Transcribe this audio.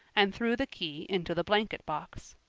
and threw the key into the blanket box.